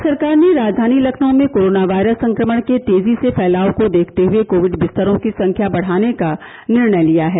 राज्य सरकार ने राजधानी लखनऊ में कोरोना वायरस संक्रमण के तेजी से फैलाव को देखते हए कोविड बिस्तरों की संख्या बढ़ाने का निर्णय लिया है